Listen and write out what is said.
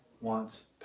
wants